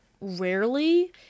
rarely